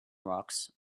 rocks